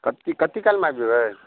कति कति कालमे आबि जेबै